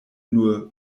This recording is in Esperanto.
nur